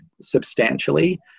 substantially